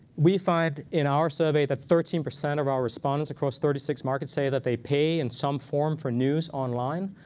we find in our survey that thirteen percent of our respondents across thirty six markets say that they pay in some form for news online.